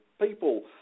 people